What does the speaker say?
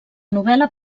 novel·la